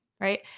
Right